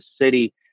city